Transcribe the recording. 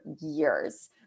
years